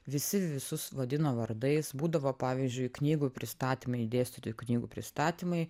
visi visus vadino vardais būdavo pavyzdžiui knygų pristatymai dėstytojų knygų pristatymai